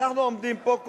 כשאנחנו עומדים פה,